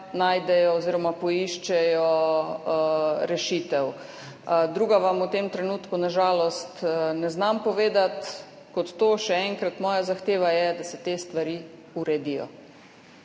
najdejo oziroma poiščejo rešitev. Drugega kot to vam v tem trenutku na žalost ne znam povedati. Še enkrat, moja zahteva je, da se te stvari uredijo.